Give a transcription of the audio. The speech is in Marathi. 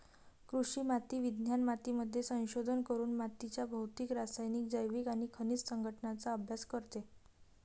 कृषी माती विज्ञान मातीमध्ये संशोधन करून मातीच्या भौतिक, रासायनिक, जैविक आणि खनिज संघटनाचा अभ्यास करते